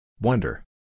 Wonder